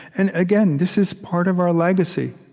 and again, this is part of our legacy.